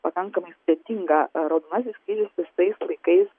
pakankamai sudėtinga raudonasis kryžius visais laikais